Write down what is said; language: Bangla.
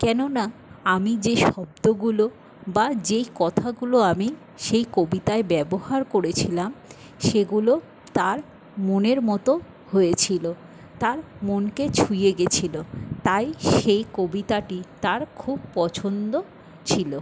কেননা আমি যে শব্দগুলো বা যেই কথাগুলো আমি সেই কবিতায় ব্যবহার করেছিলাম সেগুলো তার মনের মতো হয়েছিল তার মনকে ছুঁয়ে গিয়েছিল তাই সেই কবিতাটি তার খুব পছন্দ ছিল